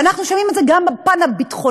ואנחנו שומעים את זה גם בפן הביטחוני-מדיני.